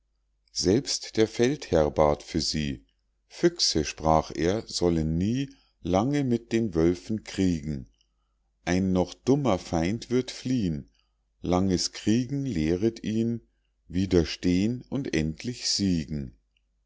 selbst der feldherr bat für sie füchse sprach er sollen nie lange mit den wölfen kriegen ein noch dummer feind wird fliehn langes kriegen lehret ihn widerstehn und endlich siegen